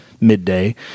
midday